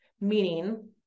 Meaning